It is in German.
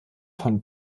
von